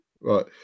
right